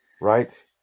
right